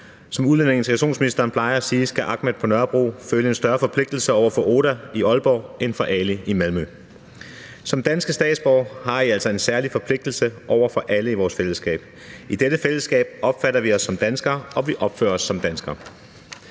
Som udlændinge- og integrationsministeren plejer at sige, skal Ahmed på Nørrebro føle en større forpligtelse over for Oda i Aalborg end for Ali i Malmø. Som danske statsborgere har I altså en særlig forpligtelse over for alle i vores fællesskab. I dette fællesskab opfatter vi os som danskere, og vi opfører os som danskere.